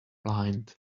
lined